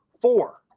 four